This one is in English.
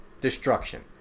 destruction